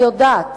אני יודעת